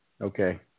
Okay